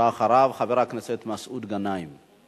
ולאחריו, חבר הכנסת מסעוד גנאים.